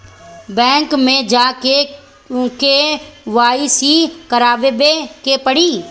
Bank मे जा के के.वाइ.सी करबाबे के पड़ी?